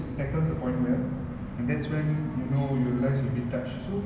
uh probably was it better than V_I_P one probably not